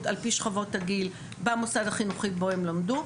על פי שכבות הגיל במוסד החינוכי בו הם למדו,